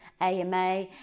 AMA